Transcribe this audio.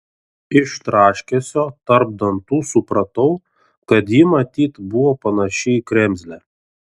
iš traškesio tarp dantų supratau kad ji matyt buvo panaši į kremzlę